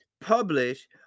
publish